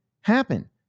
happen